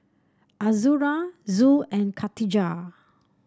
Azura Zul and Katijah